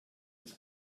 des